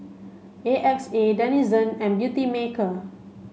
A X A Denizen and Beautymaker